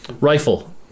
rifle